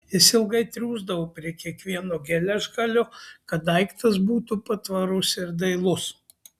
jis ilgai triūsdavo prie kiekvieno geležgalio kad daiktas būtų patvarus ir dailus